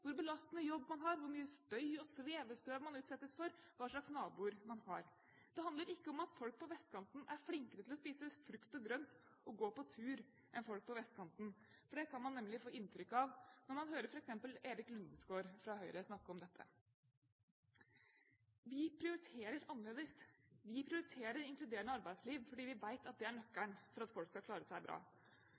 hvor belastende jobb man har, hvor mye støy og svevestøv man utsettes for, hva slags naboer man har. Det handler ikke om at folk på vestkanten er flinkere til å spise frukt og grønt og går på tur oftere enn folk på østkanten, for det kan man nemlig få inntrykk av når man hører f.eks. Erik Lundesgaard fra Høyre snakke om dette. Vi prioriterer annerledes. Vi prioriterer inkluderende arbeidsliv fordi vi vet at det er nøkkelen til at folk skal klare seg bra.